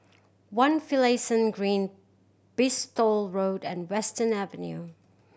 One Finlayson Green Bristol Road and Western Avenue